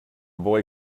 boy